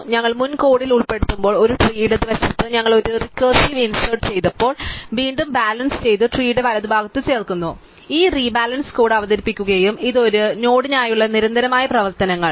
അതിനാൽ ഞങ്ങളുടെ മുൻ കോഡിൽ ഉൾപ്പെടുത്തുമ്പോൾ ഒരു ട്രീ ഇടതുവശത്ത് ഞങ്ങൾ ഒരു റിക്കസിവ് ഇൻസെർട്ട് ചെയ്തപ്പോൾ ഞങ്ങൾ വീണ്ടും ബാലൻസ് ചെയ്ത ട്രീടെ വലതുഭാഗത്ത് ചേർക്കുന്നു ഞങ്ങൾ ഈ റിബാലൻസ് കോഡ് അവതരിപ്പിക്കുകയും ഇത് ഒരു ഈ നോഡിനായുള്ള നിരന്തരമായ പ്രവർത്തനങ്ങൾ